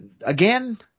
again